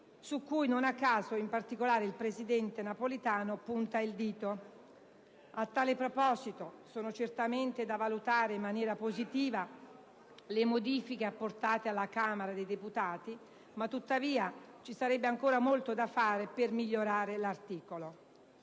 su cui non a caso in particolare il presidente Napolitano punta il dito. A tale proposito sono certamente da valutare in maniera positiva le modifiche apportate alla Camera dei deputati, tuttavia ci sarebbe ancora molto da fare per migliorare l'articolo.